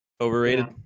overrated